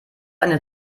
eine